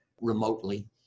remotely